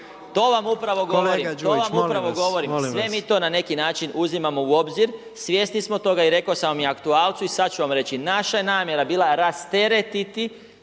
molim vas./… Sve mi to na neki način uzimamo u obzir, svjesni smo toga i rekao sam na aktualcu i sada ću reći. Naša je namjera bila rasteretiti